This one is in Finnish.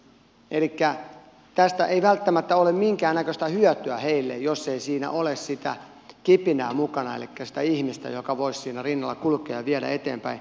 elikkä tästä ei välttämättä ole minkäännäköistä hyötyä heille jos ei siinä ole sitä kipinää mukana elikkä sitä ihmistä joka voisi siinä rinnalla kulkea ja viedä eteenpäin